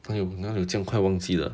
朋友你哪里有这样快忘记的